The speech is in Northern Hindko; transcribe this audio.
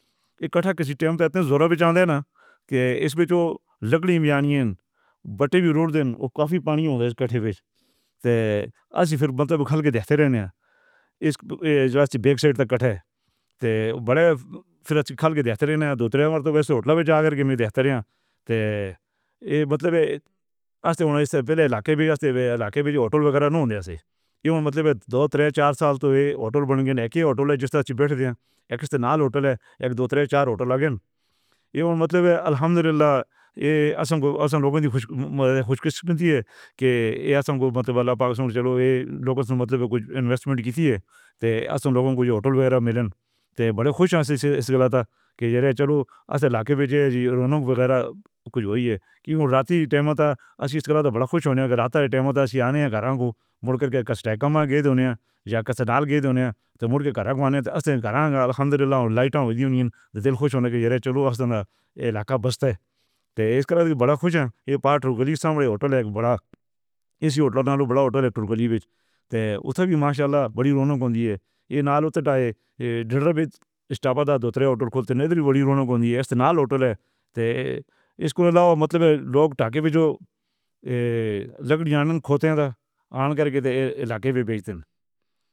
اکٹھا کسی ٹائم پے آتے ہے نا کے اِس پے جو لکڑی یا نیاں بٹے بھی روڈ دین، او کافی پانی ہو گئے، کٹے ہوئے تھے۔ اچھا پھر مطلب اُکھل کے دیکھتے رہنا اِس ویبسائٹ پے کٹے تو بڑے، پھر اچھے کھال کے۔ ایہ مطلب ایسے پہلے لا کے بھی ہستے بھی لا کے بھی۔ ایہ دو طرح چار سال تو ایہ ہوٹل ہوٹل ہوٹل ہے، اک دو طرح چار ہوٹل اگین ایون مطلب ایہ؟ کے آسام مطلب کچھ انویسٹمنٹ کی تھی۔ ایہ آسام لوگوں کو جو ہوٹل وغیرہ ملن، بڑے خوش ایسے کر رہا تھا کہ چلو ایسے لاکھے بھیجے ہیں جی، دونوں وغیرہ کچھ وہی ہے کہ او رات ہی بڑا خوش ہون۔ سٹافادا دوسرے ہوٹل کھولتے نہیں ہے، ہوٹل ہے۔ اِس کے علاوہ مطلب ہے لوگ ٹاکے بھی جو کھوتے ہے، اُس علاقے میں بیچ۔